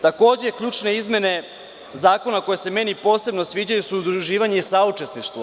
Takođe ključne izmene zakona koje se meni posebno sviđaju jeste udruživanja i saučesništvo.